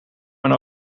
mijn